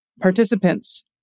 participants